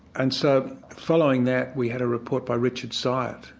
and so following that, we had a report by richard cyert,